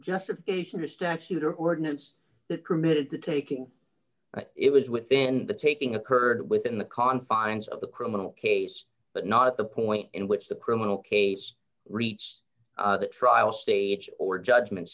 justification or statute or ordinance that committed to taking it was within the taking occurred within the confines of the criminal case but not at the point in which the criminal case reached the trial stage or judgment